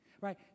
Right